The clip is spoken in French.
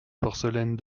porcelaine